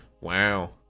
Wow